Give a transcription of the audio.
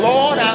Lord